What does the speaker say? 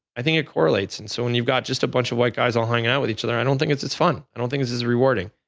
i think it correlates, and so when you've got just a bunch of white guys all hang out with each other, i don't think this is fun. i don't think this is rewarding.